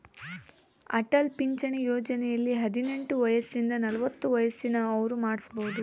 ಅಟಲ್ ಪಿಂಚಣಿ ಯೋಜನೆಯಲ್ಲಿ ಹದಿನೆಂಟು ವಯಸಿಂದ ನಲವತ್ತ ವಯಸ್ಸಿನ ಅವ್ರು ಮಾಡ್ಸಬೊದು